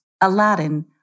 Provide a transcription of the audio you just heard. Aladdin